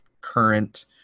current